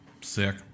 Sick